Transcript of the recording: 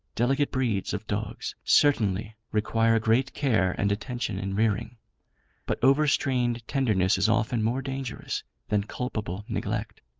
delicate breeds of dogs certainly require great care and attention in rearing but overstrained tenderness is often more dangerous than culpable neglect.